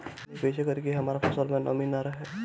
हम ई कइसे करी की हमार फसल में नमी ना रहे?